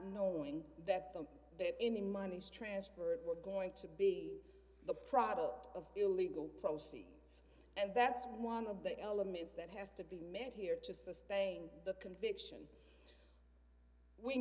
knowing that the any monies transferred were going to be the product of illegal proceeds and that's one of the elements that has to be made here to sustain the conviction we